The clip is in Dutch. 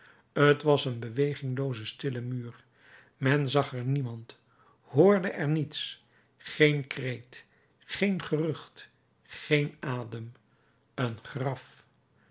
t was een beweginglooze stille muur men zag er niemand hoorde er niets geen kreet geen gerucht geen adem een graf